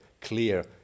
clear